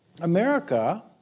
America